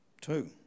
Two